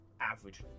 average